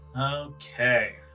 Okay